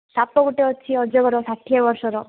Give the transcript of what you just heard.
ସାପ ଗୋଟେ ଅଛି ଅଜଗର ଷାଠିଏ ବର୍ଷର